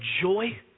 joy